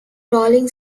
rolling